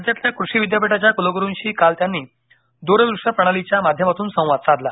राज्यातील कृषी विद्यापीठाच्या कुलगुरूंशी काल त्यांनी दूरदृष्य प्रणालीच्या माध्यमातून संवाद साधला